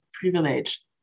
privilege